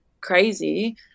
crazy